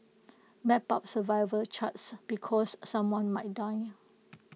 map out survival charts because someone might die